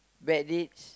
bad deeds